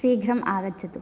शीघ्रम् आगच्छतु